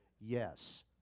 Yes